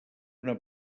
una